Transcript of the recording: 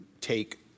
take